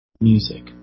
music